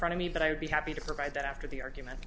front of me but i would be happy to provide that after the argument